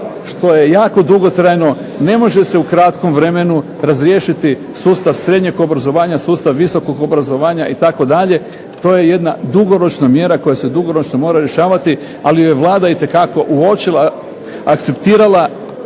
što je jako dugotrajno, ne može se u kratkom vremenu razriješiti sustav srednjeg obrazovanja, sustav visokog obrazovanja itd., to je jedna dugoročna mjera koja se dugoročno mora rješavati, ali ju je Vlada itekako uočila, akceptirala,